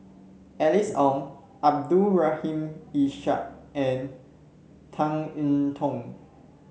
Alice Ong Abdul Rahim Ishak and Tan I Tong